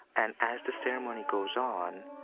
and as the ceremony goes on,